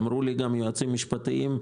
כשאמרו לי יועצים משפטיים: